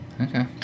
Okay